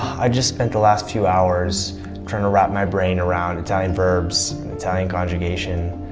i just spent the last few hours trying to wrap my brain around italian verbs, italian conjugation.